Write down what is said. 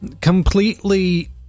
completely